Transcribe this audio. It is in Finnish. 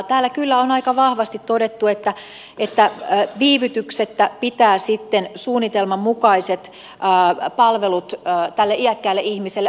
täällä kyllä on aika vahvasti todettu että viivytyksettä pitää suunnitelman mukaiset palvelut tälle iäkkäälle ihmiselle antaa